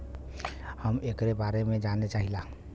हम एकरे बारे मे जाने चाहीला?